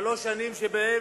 שלוש שנים שבהן